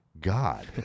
God